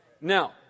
Now